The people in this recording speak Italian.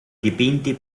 dipinti